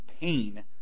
pain